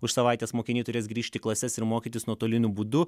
už savaitės mokiniai turės grįžt į klases ir mokytis nuotoliniu būdu